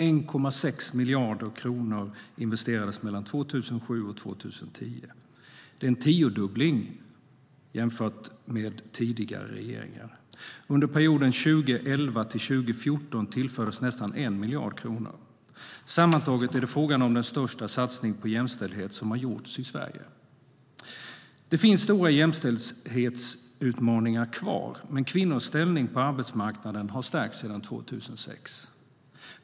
1,6 miljarder kronor investerades mellan 2007 och 2010. Det är en tiodubbling jämfört med tidigare regeringar. Under perioden 2011-2014 tillfördes nästan 1 miljard kronor. Sammantaget är det fråga om den största satsning på jämställdhet som har gjorts i Sverige.Det finns stora jämställdhetsutmaningar kvar, men kvinnors ställning på arbetsmarknaden har stärkts sedan 2006.